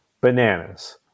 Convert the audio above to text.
Bananas